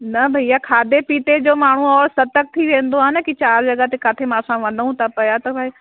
न भैया खाधे पीते जो माण्हू और सतर्क थी वेंदो आहे न की चारि जॻह ते किथे असां वञू था पिया त भई